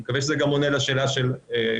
אני מקווה שזה גם עונה לשאלה של היושב-ראש.